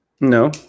no